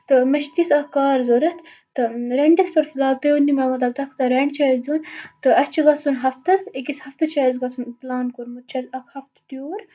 تہٕ مےٚ چھِ تٕژھ اکھ کار ضرورت تہٕ ریٚنٹَس پٮ۪ٹھ فِلحال تُہۍ ؤنِو مےٚ مَطلَب تۄہہِ کوٗتاہ ریٚنٛٹ چھُ اَسہِ دِیُن تہٕ اَسہِ چھُ گَژھُن ہَفتَس أکِس ہَفتَس چھُ اَسہِ گَژھُن پلان کوٚرمُت چھُ اَسہِ اکھ ہَفتہٕ ٹیوٗر